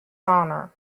honor